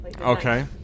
Okay